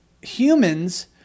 Humans